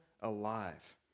alive